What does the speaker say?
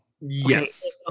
yes